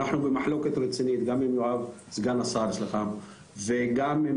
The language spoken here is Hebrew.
אנחנו במחלוקת רצינית גם עם סגן השר וגם עם